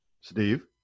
Steve